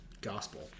gospel